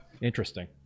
interesting